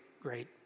great